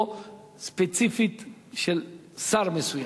או ספציפית של שר מסוים?